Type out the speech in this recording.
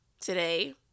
today